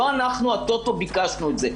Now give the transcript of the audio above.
לא אנחנו הטוטו ביקשנו את זה.